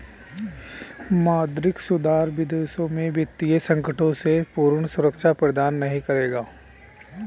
मौद्रिक सुधार विदेशों में वित्तीय संकटों से पूर्ण सुरक्षा प्रदान नहीं करेगा